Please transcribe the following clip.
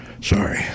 sorry